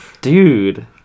Dude